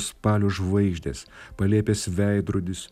spalio žvaigždės palėpės veidrodis